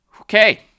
Okay